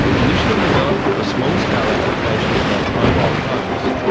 initially developed for small-scale applications like mobile phones,